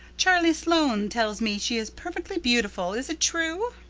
charlie sloane tells me she is perfectly beautiful. is it true?